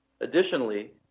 Additionally